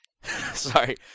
Sorry